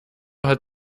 hat